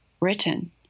written